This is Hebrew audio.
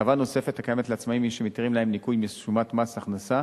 הטבה נוספת הקיימת לעצמאים היא שמתירים להם ניכוי משומת מס הכנסה